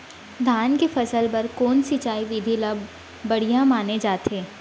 धान के फसल बर कोन सिंचाई विधि ला बढ़िया माने जाथे?